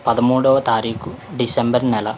పదమూడోవ తారీకు డిసెంబర్ నెల